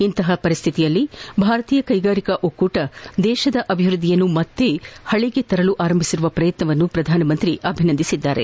ಇಂತಹ ಪರಿಶ್ಥಿತಿಯಲ್ಲಿ ಭಾರತೀಯ ಕೈಗಾರಿಕಾ ಒಕ್ಕೂಟ ದೇಶದ ಅಭಿವೃದ್ಧಿಯನ್ನು ಮತ್ತೆ ಸುಕ್ಕಿತಿಗೆ ತರಲು ಅರಂಭಿಸಿರುವ ಪ್ರಯತ್ನವನ್ನು ಪ್ರಧಾನಿ ಅಭಿನಂದಿಸಿದರು